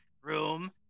room